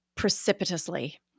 precipitously